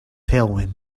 tailwind